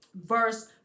verse